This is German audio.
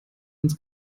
ins